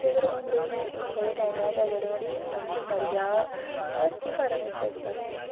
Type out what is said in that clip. ते अगर होंदे ई थोह्डे़ टाइम बाद अगर मतलब कि ओह् मरी जा नुहाड़ा केह् कारण होई सकदा